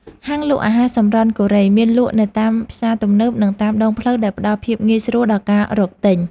ហាងលក់អាហារសម្រន់កូរ៉េមានលក់នៅតាមផ្សារទំនើបនិងតាមដងផ្លូវដែលផ្តល់ភាពងាយស្រួលដល់ការរកទិញ។